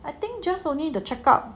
I think just only the checkup